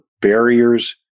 barriers